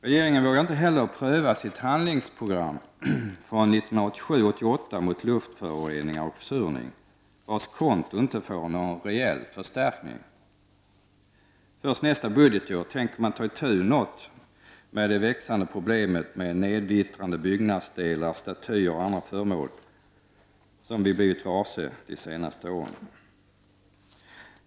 Regeringen vågar inte heller tillämpa sitt handlingsprogram från 1987/88 mot luftföroreningar och försurning, och anslaget till detta får inte någon reell förstärkning. Först nästa budgetår tänker man börja ta itu med det växande problemet med det nedvittrande av byggnadsdelar, statyer och andra föremål som vi blivit varse de senaste åren.